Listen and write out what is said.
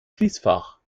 schließfach